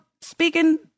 speaking